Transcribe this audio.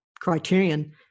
Criterion